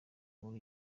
nkuru